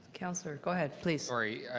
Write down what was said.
councillor. go ahead, please. sorry.